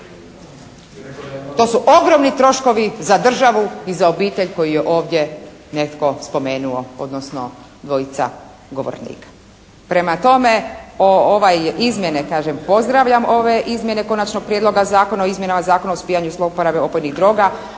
To su ogromni troškovi za državu i za obitelj koju je ovdje netko spomenuo, odnosno dvojica govornika. Prema tome ove izmjene, pozdravljam ove izmjene Konačnog prijedloga Zakona o izmjenama Zakona o suzbijanju zlouporabe opojnih droga,